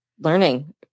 Learning